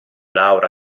laura